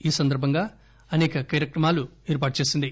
ఈ సందర్బంగా అనేక కార్యక్రమాలు ఏర్పాటు చేసింది